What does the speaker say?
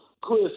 Chris